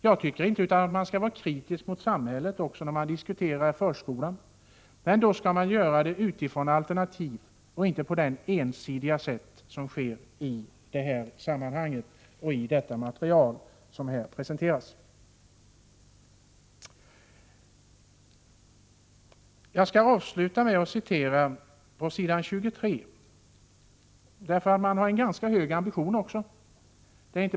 Jag är inte emot att kritik framförs mot samhället också när man diskuterar förskolan. Men då skall man utgå från att det finns alternativ. Kritiken skall således inte framföras på det ensidiga sätt som är fallet i fråga om det material som här presenteras. Nr 146 Avslutningsvis noterar jag vad som står på s. 23. Man har nämligen ganska höga ambitioner.